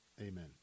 Amen